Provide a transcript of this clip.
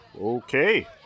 Okay